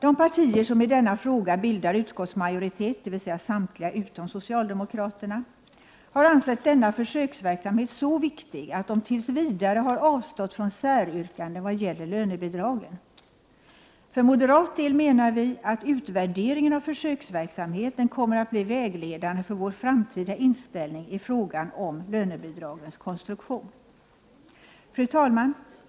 De partier som i denna fråga bildar utskottsmajoritet, dvs. samtliga utom socialdemokraterna, har ansett denna försöksverksamhet så viktig att de tills vidare har avstått från säryrkanden vad gäller lönebidragen. För moderat del menar vi att utvärderingen av försöksverksamheten kommer att bli vägledande för vår framtida inställning i frågan om lönebidragens konstruktion. Fru talman!